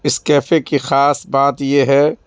اس cafe کی خاص بات یہ ہے